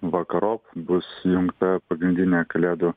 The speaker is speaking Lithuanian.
vakarop bus įjungta pagrindinė kalėdų